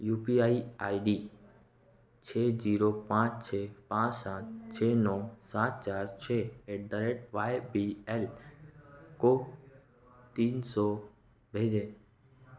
you P I I D छः जीरो पाँच छः पाँच सात छः नौ सात चार छः at the rate Y B L को तीन सौ भेजें